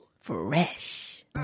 Fresh